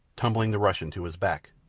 tumbling the russian to his back.